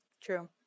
true